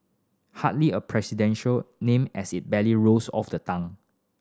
hardly a presidential name as it barely rolls off the tongue